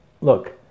look